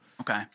Okay